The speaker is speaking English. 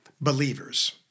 Believers